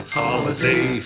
holiday